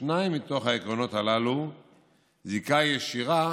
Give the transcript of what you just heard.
לשניים מהעקרונות הללו זיקה ישירה